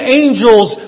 angels